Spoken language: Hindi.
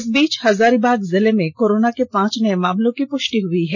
इस बीच हजारीबाग जिले में कोरोना के पांच नये मामलों की पुष्टि हुई है